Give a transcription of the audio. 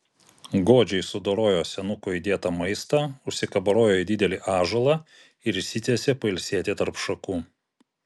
godžiai sudorojo senuko įdėtą maistą užsikabarojo į didelį ąžuolą ir išsitiesė pailsėti tarp šakų